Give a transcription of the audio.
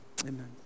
Amen